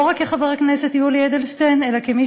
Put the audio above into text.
לא רק כחבר הכנסת יולי אדלשטיין אלא כמי